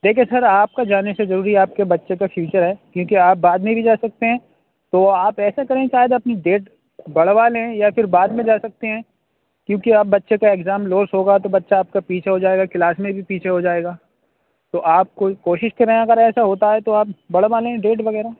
دیکھیں سر آپ کا جانے سے ضروری آپ کے بچے کا فیوچر ہے کیونکہ آپ بعد میں بھی جا سکتے ہیں تو آپ ایسا کریں شاید آپ اپنی ڈیٹ بڑھوا لیں یا پھر بعد میں جا سکتے ہیں کیونکہ آپ بچے کا اگزام لوس ہوگا تو بچہ آپ کا پیچھے ہو جائے گا کلاس میں بھی پیچھے ہو جائے گا تو آپ کو کوشش کریں اگر ایسا ہوتا ہے تو آپ بڑھوا لیں ڈیٹ وغیرہ